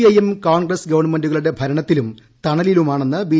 I M Congress ഗവൺമെന്റുകളുടെ ഭരണത്തിലും തണലിലുമാണെന്ന് ബി